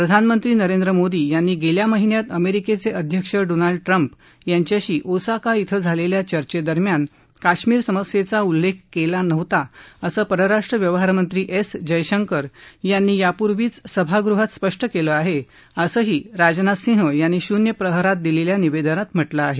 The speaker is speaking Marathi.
प्रधानमंत्री नरेंद्र मोदी यांनी गेल्या महिन्यात अमेरिकेचे अध्यक्ष डोनाल्ड ट्रम्प यांच्याशी ओसाका श्विं झालेल्या चर्चेदरम्यान काश्मिर समस्येचा उल्लेख केला नव्हता असं परराष्ट्र व्यवहारमंत्री एस जयशंकर यांनी यापूर्वीच सभागृहात स्पष्ट केलं आहे असंही राजनाथ सिंह यांनी शून्य प्रहरात दिलेल्या निवेदनात म्हटलं आहे